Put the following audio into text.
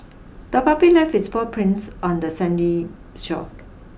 the puppy left its paw prints on the sandy shore